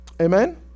Amen